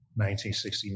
1969